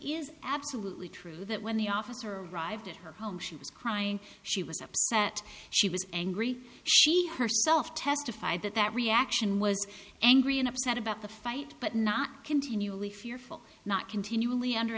is absolutely true that when the officer arrived at her home she was crying she was upset she was angry she herself testified that that reaction was angry and upset about the fight but not continually fearful not continually under